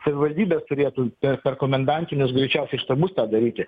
savivaldybė turėtų per per komendantinius greičiausiai štabus tą daryti